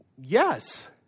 Yes